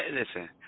listen